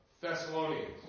Thessalonians